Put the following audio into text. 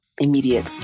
immediate